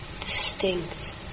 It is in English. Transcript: distinct